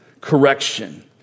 correction